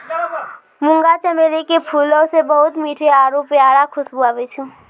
मुंगा चमेली के फूलो से बहुते मीठो आरु प्यारा खुशबु आबै छै